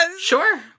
sure